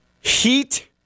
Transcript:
Heat